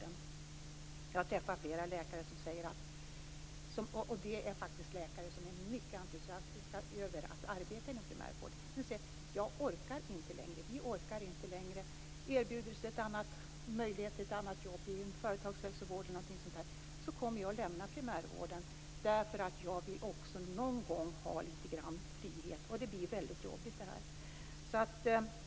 Jag har träffat flera läkare - det är läkare som är mycket entusiastiska över att arbeta inom primärvården - som säger att de inte orkar längre, att om de erbjuds möjlighet till annat jobb, exempelvis inom företagshälsovården, kommer de att lämna primärvården därför att de också vill ha lite frihet någon gång.